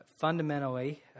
fundamentally